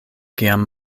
kiam